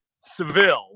Seville